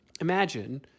Imagine